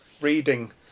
reading